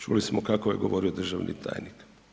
Čuli smo kako je govorio državni tajnik.